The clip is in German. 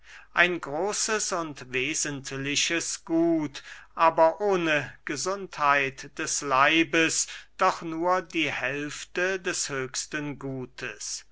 ein großes und wesentliches gut aber ohne gesundheit des leibes doch nur die hälfte des höchsten gutes